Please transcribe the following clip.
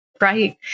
Right